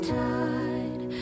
tide